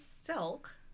silk